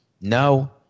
No